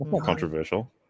controversial